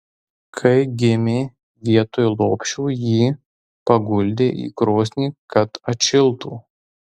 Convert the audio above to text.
kai gimė vietoj lopšio jį paguldė į krosnį kad atšiltų